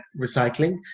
recycling